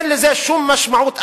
אין לזה שום משמעות אחרת.